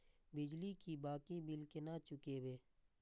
बिजली की बाकी बील केना चूकेबे?